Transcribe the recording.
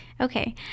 Okay